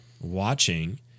watching